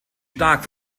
stark